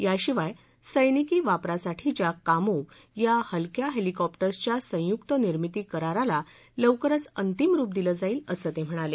याशिवाय सैनिकी वापरासाठीच्या कामोव्ह या हलक्या हेलिकॉप्टर्सच्या संयुक निर्मिती कराराला लवकरच अंतिम रूप दिलं जाईल असं ते म्हणाले